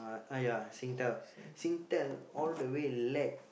uh ah ya Singtel Singtel all the way lag